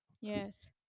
Yes